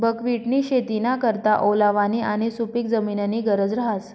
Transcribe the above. बकव्हिटनी शेतीना करता ओलावानी आणि सुपिक जमीननी गरज रहास